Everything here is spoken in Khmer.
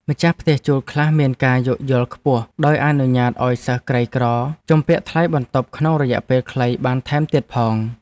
ម្ចាស់ផ្ទះជួលខ្លះមានការយោគយល់ខ្ពស់ដោយអនុញ្ញាតឱ្យសិស្សក្រីក្រជំពាក់ថ្លៃបន្ទប់ក្នុងរយៈពេលខ្លីបានថែមទៀតផង។